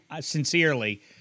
sincerely